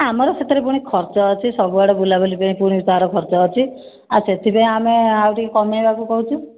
ଆମର ସେଥିରେ ପୁଣି ଖର୍ଚ୍ଚ ଅଛି ସବୁଆଡ଼େ ବୁଲାବୁଲି ପାଇଁ ପୁଣି ତା ର ଖର୍ଚ୍ଚ ଅଛି ସେଥିପାଇଁ ଆମେ ଆଉ ଟିକିଏ କମେଇବାକୁ କହୁଛୁ